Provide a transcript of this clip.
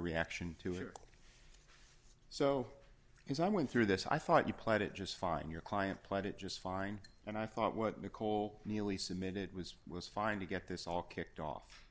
reaction to it so as i went through this i thought you played it just fine your client played it just fine and i thought what nicole neily submitted was was fine to get this all kicked off